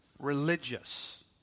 religious